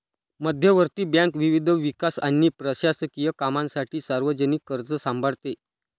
मध्यवर्ती बँक विविध विकास आणि प्रशासकीय कामांसाठी सार्वजनिक कर्ज सांभाळते